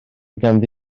ganddi